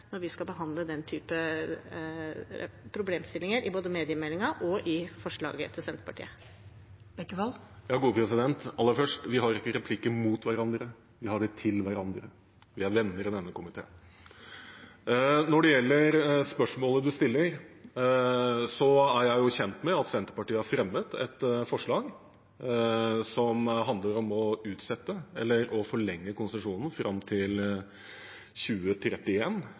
når vi skal behandle den typen problemstillinger i forbindelse med både mediemeldingen og forslaget til Senterpartiet? Aller først: Vi har ikke replikker mot hverandre, vi har dem til hverandre. Vi er venner i denne komiteen! Når det gjelder spørsmålet representanten stiller, er jeg kjent med at Senterpartiet har fremmet et forslag som handler om å utsette eller å forlenge konsesjonen fram til